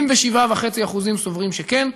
87.5% סוברים שכן.